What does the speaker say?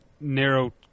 narrow